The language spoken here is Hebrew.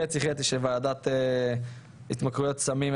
חצי-חצי של ועדת התמכרויות סמים,